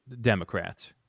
Democrats